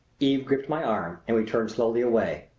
eve gripped my arm and we turned slowly away.